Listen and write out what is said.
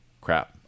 crap